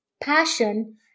passion